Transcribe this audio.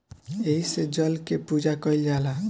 एही से जल के पूजा कईल जाला